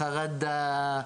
חרדה,